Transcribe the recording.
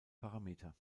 parameter